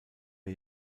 der